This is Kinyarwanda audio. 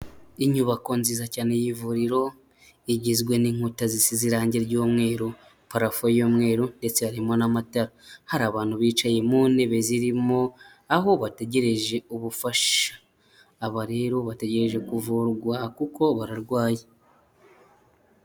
Inyubako nziza cyane y'ivuriro igizwe n'inkuta zisize irangi ry'umweru, parafo y'umweru ndetse harimo n'amatara, hari abantu bicaye mu ntebe zirimo, aho bategereje ubufasha, aba rero bategereje kuvurwa kuko bararwaye.